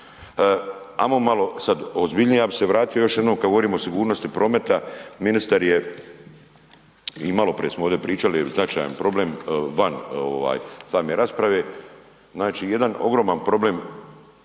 Ajmo malo sad ozbiljnije, ja bi se vratio još jednom kada govorimo o sigurnosti prometa ministar je i maloprije smo ovdje pričali jel značajan problem van same rasprave, znači jedan ogroman problem